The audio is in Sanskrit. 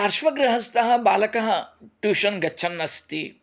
पार्श्वगृहस्थः बालकः ट्यूशन् गच्छन् अस्ति